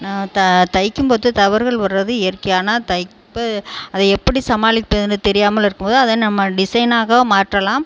நான் தைக்கும் போது தவறுகள் வர்ரது இயற்கையான தைப்பு அதை எப்படி சமாளிப்பது என்று தெரியாமல் இருக்கும் போது அதை நம்ம டிசைனாக மாற்றலாம்